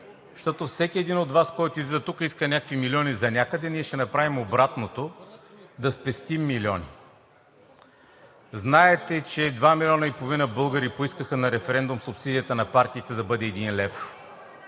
защото всеки един от Вас, който излиза тук, иска някакви милиони за някъде, ние ще направим обратното – да спестим милиони. Знаете, че два милиона и половина българи поискаха на референдум субсидията на партиите да бъде 1 лв.